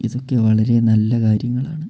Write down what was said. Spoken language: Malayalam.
ഇതൊക്കെ വളരെ നല്ല കാര്യങ്ങളാണ്